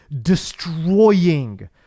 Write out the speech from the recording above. destroying